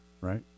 right